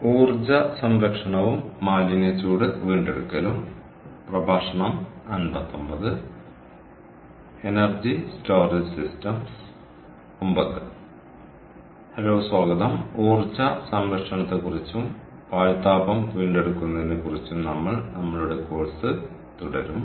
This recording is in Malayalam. ഹലോ സ്വാഗതം ഊർജ്ജ സംരക്ഷണത്തെക്കുറിച്ചും പാഴ് താപം വീണ്ടെടുക്കുന്നതിനെക്കുറിച്ചും നമ്മൾ നമ്മളുടെ കോഴ്സ് തുടരും